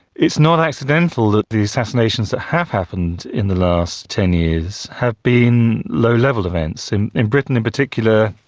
it's not accidental that the assassinations that have happened in the last ten years have been low level events. in in britain in particular,